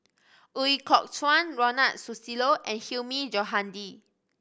Ooi Kok Chuen Ronald Susilo and Hilmi Johandi